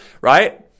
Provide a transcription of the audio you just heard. right